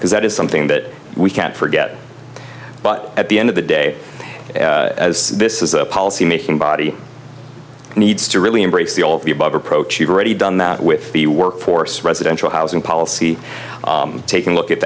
because that is something that we can't forget but at the end of the day this is a policy making body needs to really embrace the all of the above approach you've already done that with the work force residential housing policy taking a look at